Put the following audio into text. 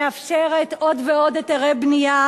מאפשרת עוד ועוד היתרי בנייה,